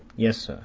yes,